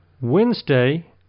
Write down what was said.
Wednesday